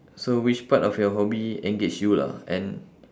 so which part of your hobby engage you lah and